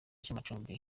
cy’amacumbi